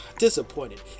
Disappointed